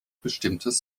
bestimmtes